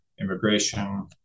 immigration